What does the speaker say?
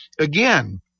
Again